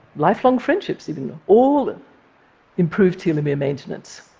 lifelong friendships, even, all improve telomere maintenance.